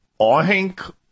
oink